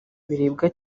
biribwa